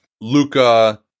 Luca